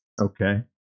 Okay